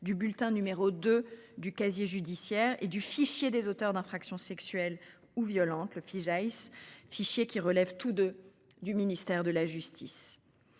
du bulletin numéro 2 du casier judiciaire et du fichier des auteurs d'infractions sexuelles ou violentes le Fijais fichier qui relèvent tous de du ministère de la justice.